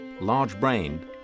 large-brained